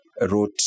wrote